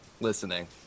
listening